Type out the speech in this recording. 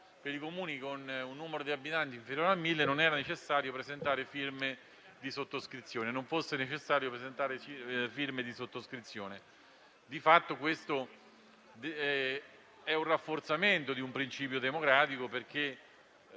nei Comuni con un numero di abitanti inferiore a mille, non era necessario presentare firme di sottoscrizione. Di fatto si rafforza un principio democratico, perché